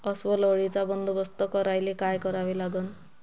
अस्वल अळीचा बंदोबस्त करायले काय करावे लागन?